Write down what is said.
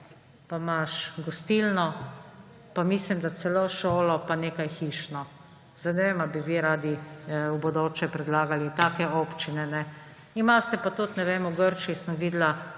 pa imaš gostilno pa mislim, da celo šolo, pa nekaj hiš. Zdaj ne vem, a bi vi radi v bodoče predlagali take občine. Imate pa tudi – v Grčiji sem videla